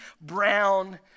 brown